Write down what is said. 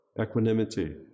equanimity